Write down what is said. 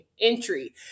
entry